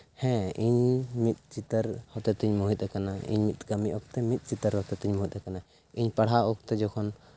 ᱦᱮᱸ ᱤᱧ ᱢᱤᱫ ᱪᱤᱛᱟᱹᱨ ᱦᱚᱛᱮᱛᱤᱧ ᱢᱩᱦᱤᱛᱟᱠᱟᱱᱟ ᱤᱧ ᱚᱱᱠᱟᱱ ᱚᱠᱛᱚ ᱢᱤᱫ ᱪᱤᱛᱟᱹᱨ ᱦᱚᱛᱮᱛᱤᱧ ᱢᱩᱦᱤᱛᱟᱠᱟᱱᱟ ᱤᱧ ᱯᱟᱲᱦᱟᱣ ᱚᱠᱛᱚ ᱡᱚᱠᱷᱚᱱ